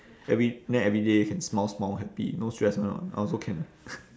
every then every day can smile smile happy no stress [one] ah I also can